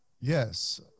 Yes